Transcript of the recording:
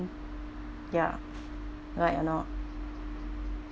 ya right or not